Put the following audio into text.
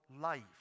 life